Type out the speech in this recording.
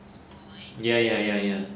ya ya ya ya